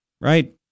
right